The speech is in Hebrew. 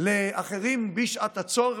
לאחרים בשעת הצורך,